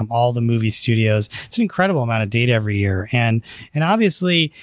um all the movie studio. it's an incredible amount of data every year. and and obviously,